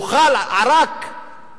זה חל רק על,